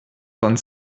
vingt